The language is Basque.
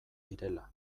direla